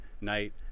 night